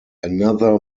another